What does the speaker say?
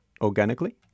organically